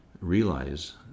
realize